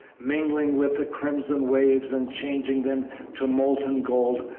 mingling with the crimson waves and changing them to molten gold,